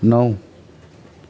नौ